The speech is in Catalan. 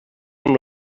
amb